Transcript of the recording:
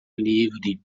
livre